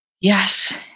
Yes